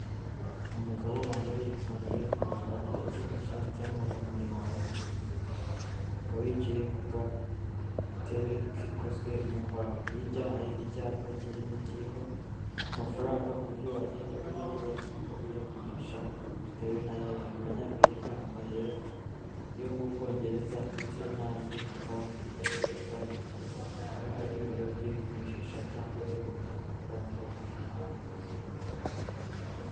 Umugabo wambaye ipantaro y'umukara ndetse n'ishati y'amaboko maremare y'ubururu ikaba yicaye ku gatebe kikozwe mu mbaho hirya hari icyapa kinini kiriho amafaranga uburyo wagenda uyagura cyangwa uyagurisha bitewe n'ay'ariyo Amanyamerikaye yo mu Bwongereza ndetse n'andi mapawundi agiye atandukanye akaba ari ibiro by'ivunjisha cyangwa byo guhindura amafaranga y'abanyamahanga.